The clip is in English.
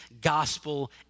gospel